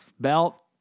belt